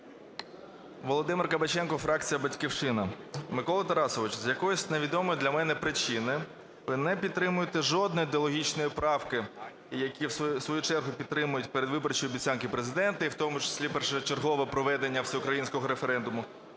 Володимир Кабаченко, фракція "Батьківщина". Микола Тарасович, з якоїсь невідомої для мене причини ви не підтримуєте жодної ідеологічної правки, які в свою чергу підтримують передвиборчі обіцянки Президента, і в тому числі першочергове проведення всеукраїнського референдуму.